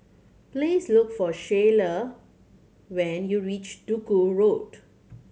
please look for Shyla when you reach Duku Road